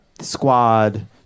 squad